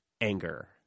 anger